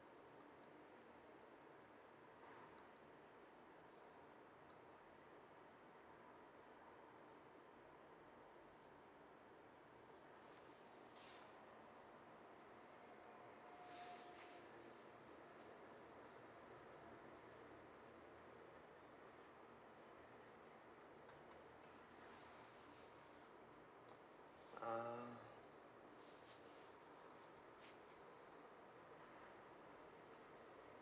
uh uh